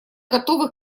готовы